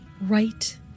right